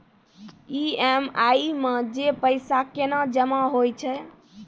EMI मे जे पैसा केना जमा होय छै?